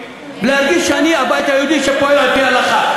ולהגיד שאני הבית היהודי שפועל על-פי ההלכה.